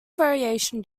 variation